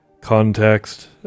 context